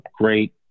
great